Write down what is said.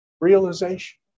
realization